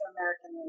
American